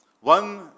One